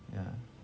ya